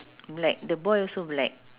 black the boy also black